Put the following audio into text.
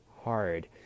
hard